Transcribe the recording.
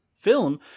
film